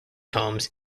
poems